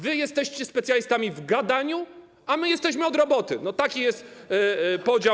Wy jesteście specjalistami w gadaniu, a my jesteśmy od roboty, taki jest podział.